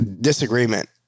disagreement